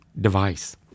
device